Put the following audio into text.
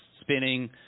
spinning